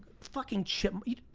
fucking chipmunk.